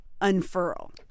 unfurl